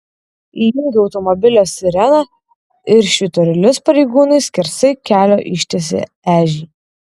įjungę automobilio sireną ir švyturėlius pareigūnai skersai kelio ištiesė ežį